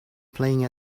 playing